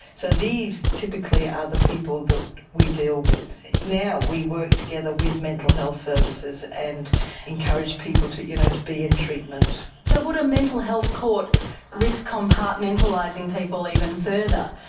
so these, typically, are the people that we deal with. now we work together with mental health services and encourage people to you know to be in treatment. so would a mental health court risk compartmentalising people even further,